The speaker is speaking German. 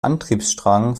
antriebsstrang